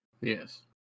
Yes